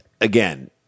again